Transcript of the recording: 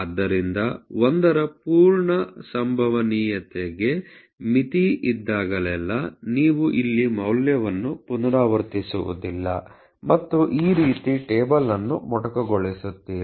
ಆದ್ದರಿಂದ 1 ರ ಪೂರ್ಣ ಸಂಭವನೀಯತೆಗೆ ಮಿತಿ ಇದ್ದಾಗಲೆಲ್ಲಾ ನೀವು ಇಲ್ಲಿ ಮೌಲ್ಯಗಳನ್ನು ಪುನರಾವರ್ತಿಸುವುದಿಲ್ಲ ಮತ್ತು ಈ ರೀತಿ ಟೇಬಲ್ ಅನ್ನು ಮೊಟಕುಗೊಸುತ್ತಿರಿ